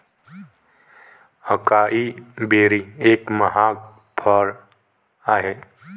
acai berry एक महाग फळ आहे